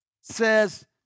says